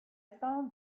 found